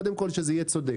קודם כל שיהיה צודק.